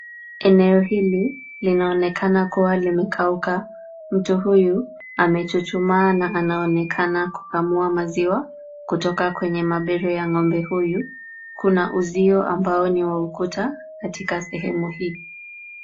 Eneo ii linaonekana kuwa limekauka mtu huyu amejuchumaa na anaonekana kukamua maziwa kutoka kwenye maberu ya ng'ombe huyu. Kuna uzio ambao ni wa ukuta katika sehemu hii.